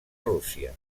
rússia